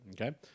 Okay